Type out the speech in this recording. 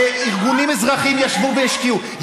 שארגונים אזרחיים ישבו והשקיעו,